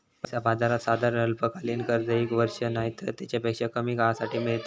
पैसा बाजारात साधारण अल्पकालीन कर्ज एक वर्ष नायतर तेच्यापेक्षा कमी काळासाठी मेळता